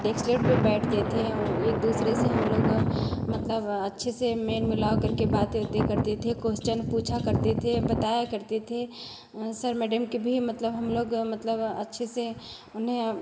desk लेट पर बैठते थे एक दूसरे से हम लोग मतलब अच्छे से मेल मिलाप करके बातें वाते करते थे क्वेश्चन पूछा करते थे बताया करते थे सर मैडम के भी मतलब हम लोग मतलब अच्छे से उन्हें